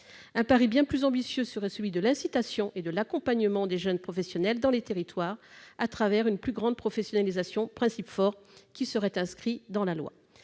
Un pari bien plus ambitieux serait celui de l'incitation et de l'accompagnement des jeunes professionnels dans les territoires, à travers une plus grande professionnalisation, principe fort qui serait inscrit dans la loi.